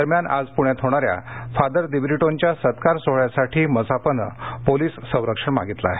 दरम्यान आज पूण्यात होणाऱ्या फादर दिब्रिटोंच्या सत्कार सोहळ्यासाठी मसापनं पोलीस संरक्षण मागितलं आहे